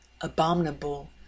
abominable